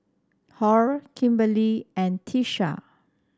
Hall Kimberley and Tisha